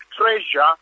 treasure